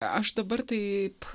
aš dabar taip